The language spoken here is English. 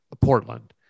Portland